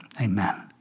Amen